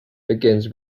begins